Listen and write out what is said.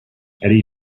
eddie